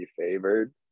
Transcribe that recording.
favored